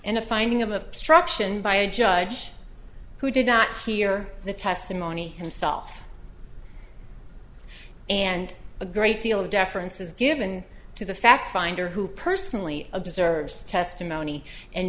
a finding of obstruction by a judge who did not hear the testimony himself and a great deal of deference is given to the fact finder who personally observes the testimony and